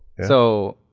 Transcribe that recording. so,